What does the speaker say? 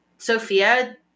Sophia